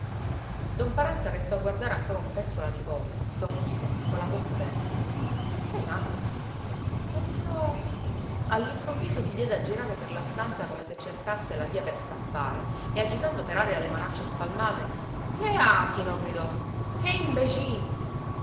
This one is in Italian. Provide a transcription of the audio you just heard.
don paranza restò a guardare ancora un pezzo la nipote stordito con la bocca aperta sei matta o io all'improvviso si diede a girare per la stanza come se cercasse la via per scappare e agitando per aria le manacce spalmate che asino gridò che imbecille